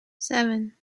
seven